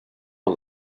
all